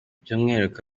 by’umwihariko